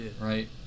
right